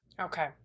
Okay